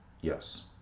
Yes